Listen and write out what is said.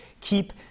keep